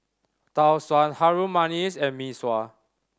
Tau Suan Harum Manis and Mee Sua